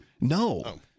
No